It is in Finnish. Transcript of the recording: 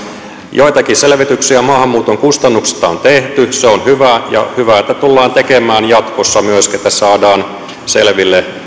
joitakin selvityksiä maahanmuuton kustannuksista on tehty se on hyvä ja hyvä että tullaan tekemään jatkossa myöskin että saadaan selville